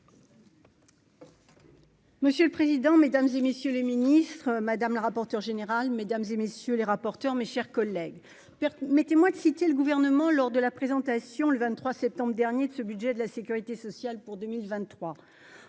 Monsieur le président, Mesdames et messieurs les ministres, madame, le rapporteur général, mesdames et messieurs les rapporteurs, mes chers collègues permettez-moi de citer le gouvernement lors de la présentation, le 23 septembre dernier de ce budget de la Sécurité sociale pour 2023